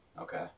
okay